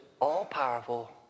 all-powerful